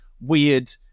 weird